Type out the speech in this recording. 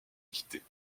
antiquité